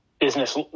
business